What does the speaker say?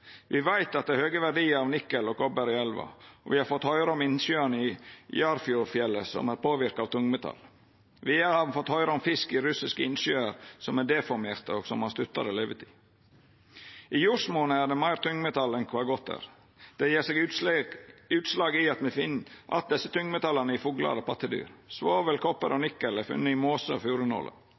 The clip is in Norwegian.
og me har fått høyra om innsjøane i Jarfjordfjellet som er påverka av tungmetall. Vidare har me fått høyra om fisk i russiske innsjøar som er deformerte, og som har stuttare levetid. I jordsmonnet er det meir tungmetall enn kva godt er. Det gjev seg utslag i at me finn att desse tungmetalla i fuglar og pattedyr. Svovel, kopar og nikkel er funne i mose og